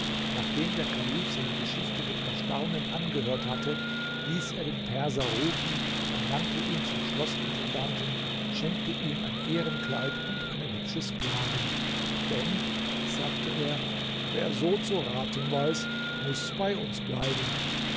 nachdem der kalif seine geschichte mit erstaunen angehört hatte ließ er den perser rufen ernannte ihn zum schloßintendanten schenkte ihm ein ehrenkleid und eine hübsche sklavin denn sagte er wer so zu raten weiß muß bei uns bleiben